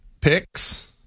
picks